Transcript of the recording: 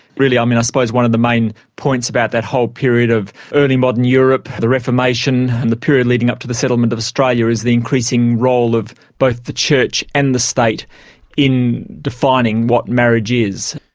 really, i mean, i suppose one of the main points about that whole period of early modern europe, the reformation, and the period leading up to the settlement of australia is the increasing role of both the church and the state in defining what marriage is.